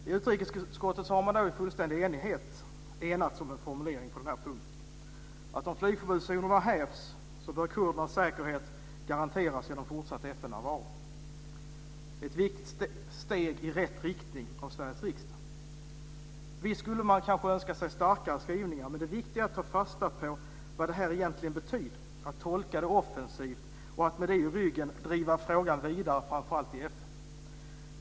I utrikesutskottet har man i fullständig enighet kommit fram till en formulering på den här punkten om att kurdernas säkerhet bör garanteras genom fortsatt FN-närvaro om flygförbudszonerna hävs. Det är ett viktigt steg i rätt riktning av Sveriges riksdag. Visst skulle man kanske önska sig starkare skrivningar, men det viktiga är att ta fasta på vad det här egentligen betyder, att tolka det offensivt och att med det i ryggen driva frågan vidare, framför allt i FN.